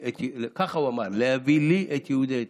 כך הוא אמר: להביא לי את יהודי אתיופיה.